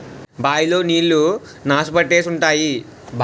bye లో నీళ్లు నాసు పట్టేసి ఉంటాయి